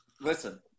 listen